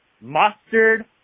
Mustard